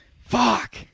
Fuck